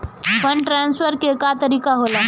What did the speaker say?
Fund transfer के का तरीका होला?